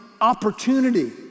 opportunity